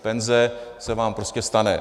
Penze se vám prostě stane.